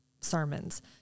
sermons